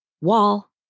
wall